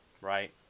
right